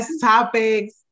topics